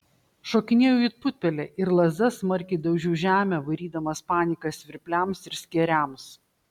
šokinėjau it putpelė ir lazda smarkiai daužiau žemę varydamas paniką svirpliams ir skėriams